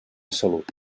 salut